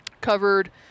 covered